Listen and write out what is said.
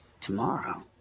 Tomorrow